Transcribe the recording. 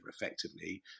effectively